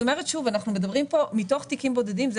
אני אומרת שוב: מתוך תיקים בודדים זה